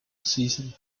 season